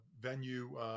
venue